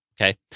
Okay